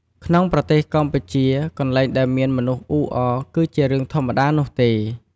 ក្នុងប្រទេសកម្ពុជា កន្លែងដែលមានមនុស្សអ៊ូអរគឺជារឿងធម្មតានោះទេ។